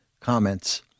comments